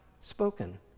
spoken